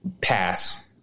pass